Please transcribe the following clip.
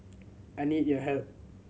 I need your help